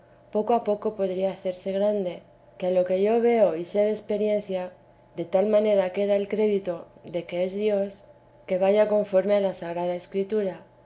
poco a poco podría hacerse grande que a lo que yo y sé de experiencia de tal manera queda el crédito de que es dios que vaya conforme a la sagrada escritura